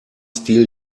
steal